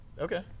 Okay